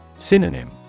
Synonym